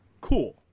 Cool